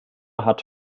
hat